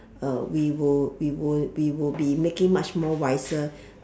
uh we will we will we will be making much more wiser